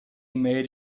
made